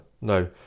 no